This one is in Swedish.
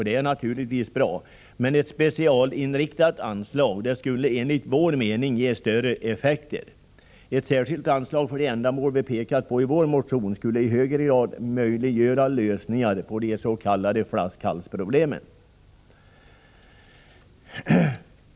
Det är naturligtvis bra, men ett specialinriktat anslag skulle enligt vår mening tas upp och ge större effekter. Ett särskilt anslag för de ändamål som vi har pekat på i vår motion skulle i hög grad möjliggöra lösningar på de s.k. flaskhalsproblemen.